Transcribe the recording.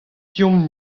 deomp